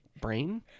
brain